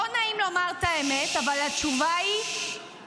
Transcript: לא נעים לומר את האמת, אבל התשובה היא פוליטיקה.